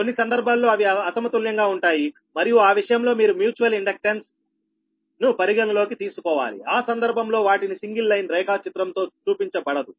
కొన్ని సందర్భాల్లో అవి అసమతుల్యంగా ఉంటాయి మరియు ఆ విషయంలో మీరు మ్యూచువల్ ఇండక్టెన్సెస్ పరిగణలోకి తీసుకోవాలి ఆ సందర్భంలో వాటిని సింగిల్ లైన్ రేఖా చిత్రంతో చూపించ బడదు